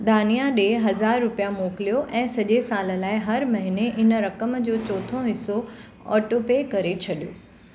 धानिआ ॾे हज़ार रुपिया मोकिलियो ऐं सॼे साल लाइ हर महिने इन रक़म जो चोथों हिसो ऑटो पे करे छॾियो